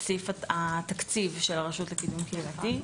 הסעיף של התקציב של הרשות לקידום קהילתי.